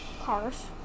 cars